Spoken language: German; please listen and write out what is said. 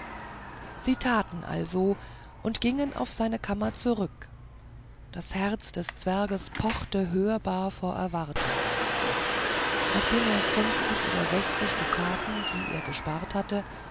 sie taten also und gingen auf seine kammer zurück und das herz des zwerges pochte hörbar vor erwartung nachdem er fünfzig oder sechzig dukaten die er erspart hatte